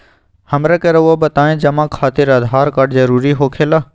हमरा के रहुआ बताएं जमा खातिर आधार कार्ड जरूरी हो खेला?